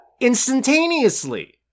Instantaneously